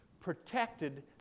protected